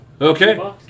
Okay